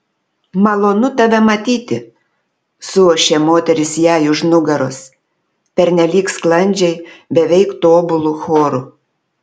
malonu tave matyti suošė moterys jai už nugaros pernelyg sklandžiai beveik tobulu choru